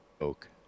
Oak